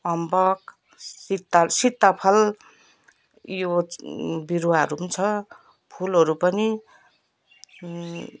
अम्बक सिता सिताफल यो बिरुवाहरू पनि छ फुलहरू पनि